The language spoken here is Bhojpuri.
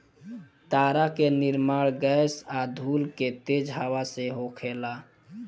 तारा के निर्माण गैस आ धूल के तेज हवा से होखेला